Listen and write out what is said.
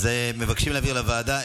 אז מבקשים להעביר לוועדה.